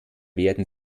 werden